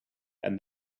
and